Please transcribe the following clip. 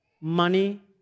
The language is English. money